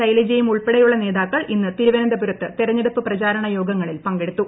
ശൈലജയുമുൾപ്പെടെയുള്ള നേതാക്കൾ ഇന്ന് തിരുവനന്തപുരത്ത് തെരഞ്ഞെടുപ്പ് പ്രചാരണയോഗങ്ങളിൽ പങ്കെടുത്തു